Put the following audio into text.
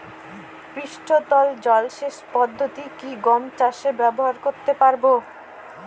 পৃষ্ঠতল জলসেচ পদ্ধতি কি গম চাষে ব্যবহার করতে পারব?